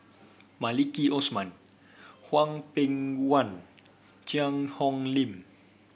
Maliki Osman Hwang Peng Yuan Cheang Hong Lim